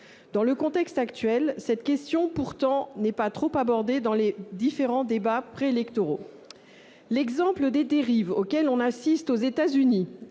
Dans le contexte actuel, cette question est malheureusement peu abordée dans les différents débats préélectoraux. L'exemple des dérives auxquelles on assiste aux États-Unis-